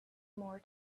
more